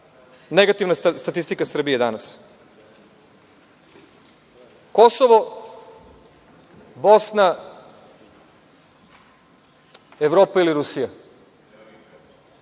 negativna statistika Srbije danas. Kosovo, Bosna, Evropa ili Rusija,